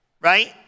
right